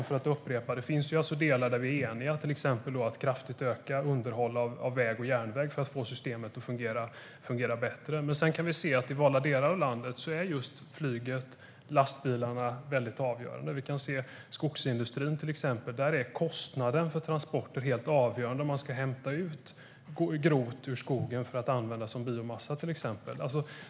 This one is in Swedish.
För att upprepa mig: Det finns delar där vi är eniga, till exempel när det gäller att kraftigt öka underhållet av väg och järnväg för att få systemet att fungera bättre. Men vi kan se att flyget och lastbilarna är väldigt avgörande i valda delar av landet. I till exempel skogsindustrin är kostnaden för transporter helt avgörande om man ska hämta ut grovt ur skogen för att använda exempelvis som biomassa.